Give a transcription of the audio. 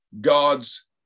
God's